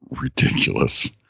ridiculous